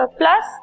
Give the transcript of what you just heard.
plus